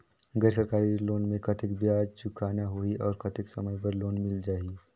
गैर सरकारी लोन मे कतेक ब्याज चुकाना होही और कतेक समय बर लोन मिल जाहि?